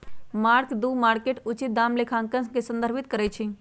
mark to market उचित दाम लेखांकन के संदर्भित करइ छै